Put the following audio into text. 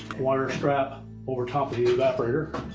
water strap over top of the evaporator.